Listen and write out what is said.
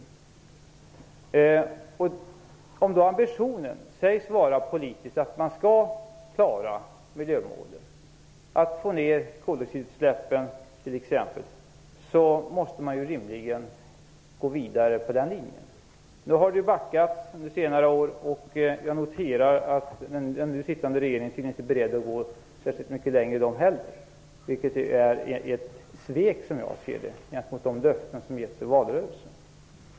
Om då den politiska ambitionen sägs vara att man skall klara miljövården, t.ex. att få ned koldioxidutsläppen, måste man rimligen gå vidare på den linjen. Nu har det backats under senare år och jag noterar att den nu sittande regeringen inte är beredd att gå särskilt mycket längre den heller. Detta är, som jag ser det, ett svek mot de löften som getts i valrörelsen.